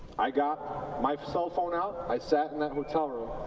i got my cellphone out. i sat in the hotel room,